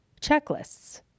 checklists